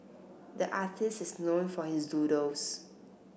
the artist is known for his doodles